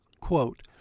quote